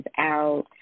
out